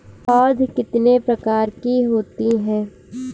पौध कितने प्रकार की होती हैं?